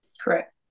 Correct